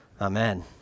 Amen